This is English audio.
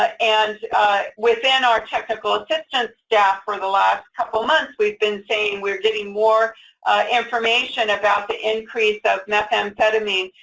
ah and within our technical assistance staff for the last couple of months, we've been saying we're getting more information about the increase of methamphetamines.